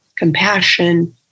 compassion